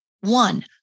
one